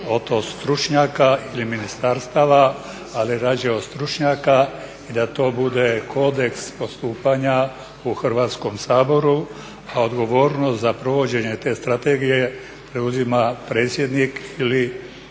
od stručnjaka ili ministarstava ali radije od stručnjaka i da to bude kodeks postupanja u Hrvatskom saboru. A odgovornost za provođenje te strategije preuzima predsjednik ili